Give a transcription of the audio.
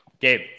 Gabe